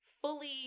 fully